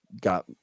got